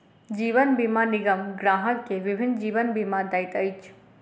जीवन बीमा निगम ग्राहक के विभिन्न जीवन बीमा दैत अछि